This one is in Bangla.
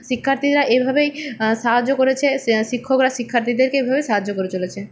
শিক্ষার্থীরা এভাবেই সাহায্য করেছে স্ শিক্ষকরা শিক্ষার্থীদেরকে এভাবে সাহায্য করে চলেছে